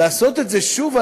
לעשות את זה שוב?